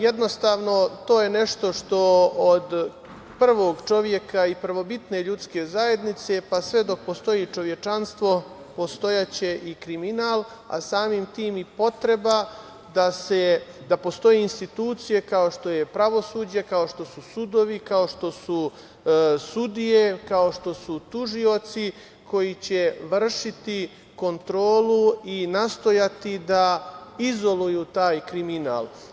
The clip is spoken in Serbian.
Jednostavno, to je nešto što od prvog čoveka i prvobitne ljudske zajednice pa sve dok postoji čovečanstvo postojaće i kriminal, a samim tim i potreba da postoje institucije kao što je pravosuđe, kao što su sudovi, kao što su sudije, kao što su tužioci, koji će vršiti kontrolu i nastojati da izoluju taj kriminal.